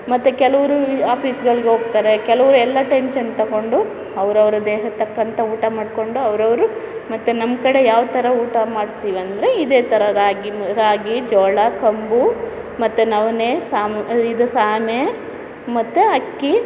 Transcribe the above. ಮತ್ತೆ ಕೆಲವರು ಆಫೀಸ್ಗಳಿಗೆ ಹೋಗ್ತಾರೆ ಕೆಲವರು ಎಲ್ಲ ಟೆನ್ಷನ್ ತಗೊಂಡು ಅವರವ್ರ ದೇಹಕ್ಕೆ ತಕ್ಕಂಥ ಊಟ ಮಾಡಿಕೊಂಡು ಅವರವ್ರು ಮತ್ತು ನಮ್ಮ ಕಡೆ ಯಾವ ಥರ ಊಟ ಮಾಡ್ತೀವಿ ಅಂದರೆ ಇದೇ ಥರ ರಾಗಿ ರಾಗಿ ಜೋಳ ಕಂಬು ಮತ್ತೆ ನವಣೆ ಸಾಮ್ ಇದು ಸಾಮೆ ಮತ್ತು ಅಕ್ಕಿ